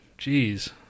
Jeez